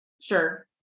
sure